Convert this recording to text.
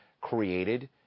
created